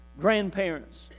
grandparents